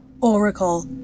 Oracle